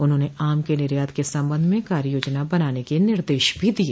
उन्होंने आम के निर्यात के सम्बन्ध में कार्य योजना बनाने के निर्देश भी दिए